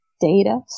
data